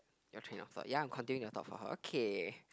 your train of thought ya I'm continuing your thought for her okay